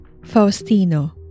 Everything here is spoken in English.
Faustino